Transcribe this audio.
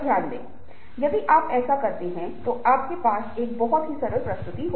जब हम भाषण के बारे में बात कर रहे हैं तो हम पहले ही चर्चा कर चुके हैं